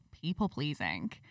people-pleasing